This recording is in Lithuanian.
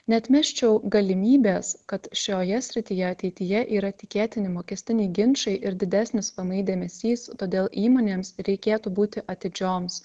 neatmesčiau galimybės kad šioje srityje ateityje yra tikėtini mokestiniai ginčai ir didesnis vmi dėmesys todėl įmonėms reikėtų būti atidžioms